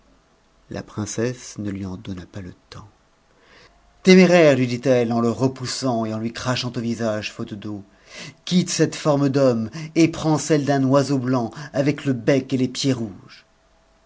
la princesse ne lui en donna pas le temps téméraire lui dit-elle en le repoussant et en lui crachant au visage faute d'eau quitte cette forme d'hou'nf et prends celle d'un oiseau blanc avec le bec et les pieds rouges